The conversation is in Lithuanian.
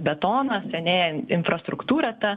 betonas senėja infrastruktūra ta